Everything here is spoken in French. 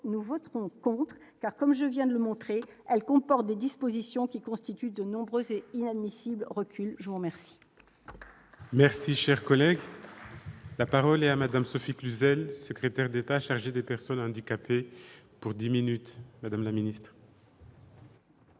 nous voterons contre, car comme je viens de le montrer, elle comporte des dispositions qui constituent de nombreux et inadmissibles recule, je vous remercie. Merci, cher collègue. La parole est à madame Sophie Cluzel, secrétaire d'État chargée des personnes handicapées pour 10 minutes madame la Ministre.